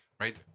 right